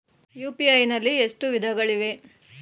UPI ನಲ್ಲಿ ಎಷ್ಟು ವಿಧಗಳಿವೆ?